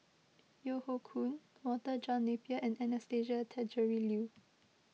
Yeo Hoe Koon Walter John Napier and Anastasia Tjendri Liew